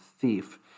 thief